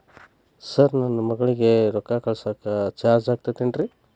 Sir ನನ್ನ ಮಗಳಗಿ ರೊಕ್ಕ ಕಳಿಸಾಕ್ ಚಾರ್ಜ್ ಆಗತೈತೇನ್ರಿ?